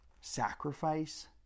sacrifice